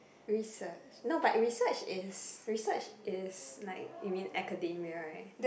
research no but research is research is like you mean academia [right]